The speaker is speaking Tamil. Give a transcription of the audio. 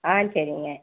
ஆ சரிங்க